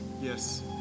Yes